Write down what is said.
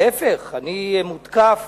להיפך, אני מותקף